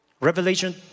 Revelation